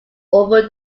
over